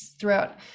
throughout